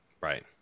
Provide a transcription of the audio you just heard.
Right